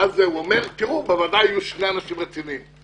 והוא אומר: בוועדה היו שני אנשים רציניים.